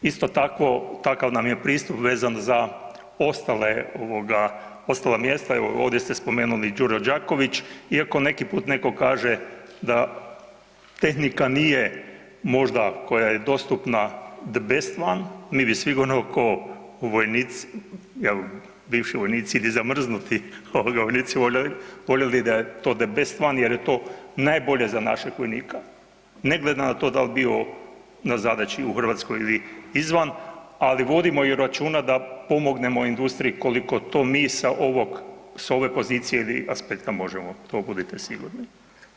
Isto tako, takav nam je pristup vezan za ostale, ostala mjesta, evo, ovdje ste spomenuli Đuro Đaković iako neki put netko kaže da tehnika nije možda koja je dostupna the best one, mi bi sigurno kao vojnici, je li, bivši vojnici ili zamrznuti vojnici voljeli da je to the best one jer je to najbolje za našeg vojnika, ne gledam na to da li bio na zadaći u Hrvatskoj ili izvan, ali vodimo i računa da pomognemo industriji koliko to mi sa ovog, sa ove pozicije ili aspekta možemo, to budite sigurni.